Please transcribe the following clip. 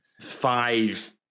five